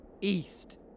east